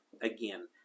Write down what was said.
again